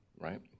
right